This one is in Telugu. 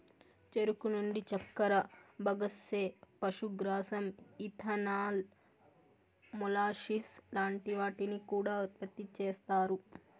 చెరుకు నుండి చక్కర, బగస్సే, పశుగ్రాసం, ఇథనాల్, మొలాసిస్ లాంటి వాటిని కూడా ఉత్పతి చేస్తారు